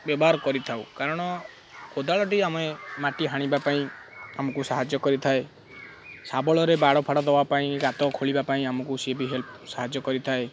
ବ୍ୟବହାର କରିଥାଉ କାରଣ କୋଦାଳଟି ଆମେ ମାଟି ହାଣିବା ପାଇଁ ଆମକୁ ସାହାଯ୍ୟ କରିଥାଏ ଶାବଳରେ ବାଡ଼ ଫାଡ଼ ଦେବା ପାଇଁ ଗାତ ଖୋଳିବା ପାଇଁ ଆମକୁ ସିଏ ବି ସାହାଯ୍ୟ କରିଥାଏ